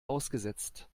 ausgesetzt